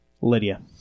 Lydia